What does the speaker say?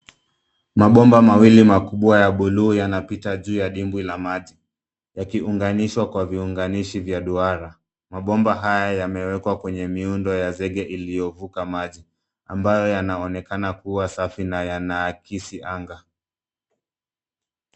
Mabomba mawili makubwa ya buluu yanapita juu ya dimbwi la maji yakiunganishwa kwa viunganishi vya duara. Mabomba haya yamewekwa kwenye miundo za zege ilivuka maji ambayo yanaonekana kuwa safi na yanaakisi anga.